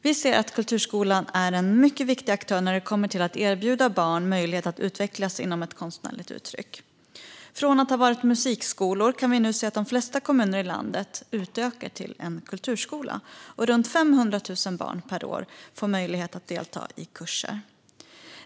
Vi ser att kulturskolan är en mycket viktig aktör när det kommer till att erbjuda barn möjlighet att utvecklas inom ett konstnärligt uttryck. Från att ha varit musikskolor kan vi nu se att verksamheten i de flesta kommuner i landet har utökats till att bli kulturskolor. Runt 500 000 barn per år får möjlighet att delta i kurser.